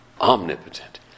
omnipotent